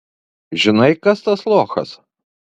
žinai kas tas lochas